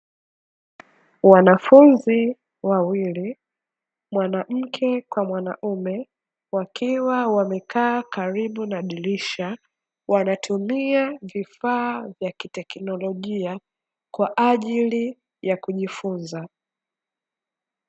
Wanafunzi wawili, mwanamke kwa mwanaume, wakiwa wamekaa karibu na dirisha wanatumia kifaa vya kiteknolojia, kwa ajili ya kujifunza.